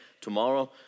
tomorrow